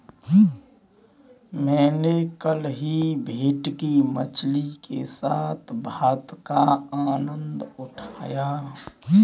मैंने कल ही भेटकी मछली के साथ भात का आनंद उठाया